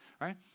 Right